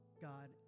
God